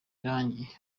range